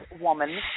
woman